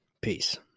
Peace